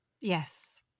yes